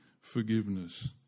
forgiveness